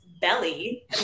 belly